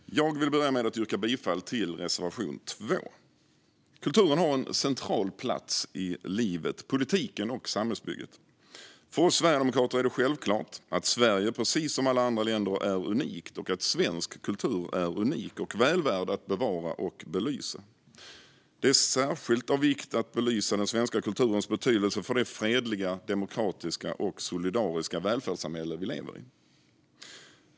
Fru talman! Jag vill börja med att yrka bifall till reservation 2. Kulturen har en central plats i livet, politiken och samhällsbygget. För oss sverigedemokrater är det självklart att Sverige, precis som alla andra länder, är unikt och att svensk kultur är unik och väl värd att bevara och belysa. Det är särskilt av vikt att belysa den svenska kulturens betydelse för det fredliga, demokratiska och solidariska välfärdssamhälle vi lever i.